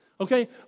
Okay